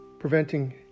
Preventing